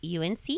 UNC